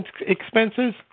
expenses